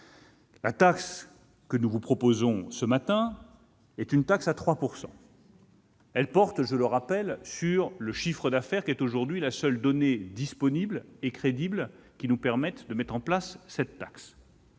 La taxe que nous vous proposons ce matin a un taux de 3 %. Elle porte sur le chiffre d'affaires, qui est aujourd'hui la seule donnée disponible et crédible qui nous permette de mettre en place une telle